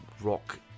rock